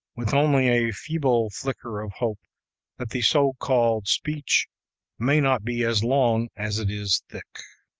with only a feeble flicker of hope that the so-called speech may not be as long as it is thick.